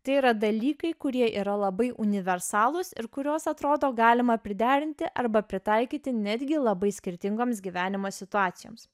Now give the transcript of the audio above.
tai yra dalykai kurie yra labai universalūs ir kuriuos atrodo galima priderinti arba pritaikyti netgi labai skirtingoms gyvenimo situacijoms